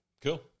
Cool